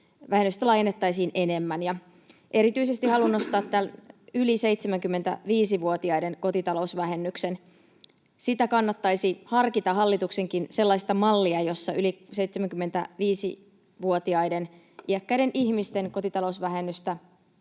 kotitalousvähennystä laajennettaisiin enemmän. Erityisesti haluan nostaa tämän yli 75‑vuotiaiden kotitalousvähennyksen. Sitä kannattaisi harkita hallituksenkin, sellaista mallia, jossa yli 75‑vuotiaiden iäkkäiden ihmisten kotitalousvähennystä